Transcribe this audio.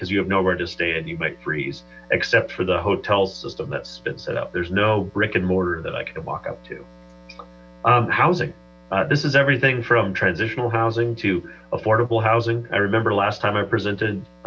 because you have nowhere to stay and you might freeze except for the hotel system that spits it out there's no brick and mortar that i walk up to housing this is everything from transitional housing to affordable housing i remember last time i presented